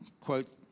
quote